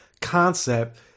Concept